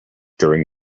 during